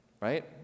Right